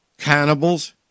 cannibals